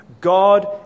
God